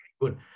Good